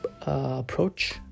approach